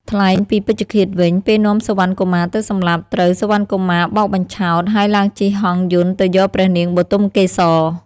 ថ្លែងពីពេជ្ឈឃាតវិញ ពេលនាំសុវណ្ណកុមារទៅសម្លាប់ ត្រូវសុវណ្ណកុមារបោកបញ្ឆោត ហើយឡើងជិះហង្សយន្តទៅយកព្រះនាងបុទមកេសរ។